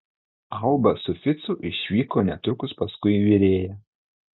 alba su ficu išvyko netrukus paskui virėją